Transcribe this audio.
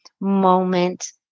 moment